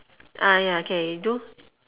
ah ya k we do